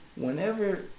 whenever